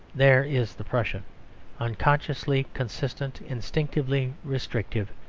there is the prussian unconsciously consistent, instinctively restrictive,